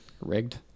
Rigged